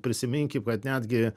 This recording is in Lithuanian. prisiminkim kad netgi